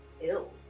ill